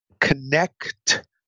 connect